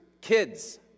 Kids